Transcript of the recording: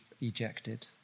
ejected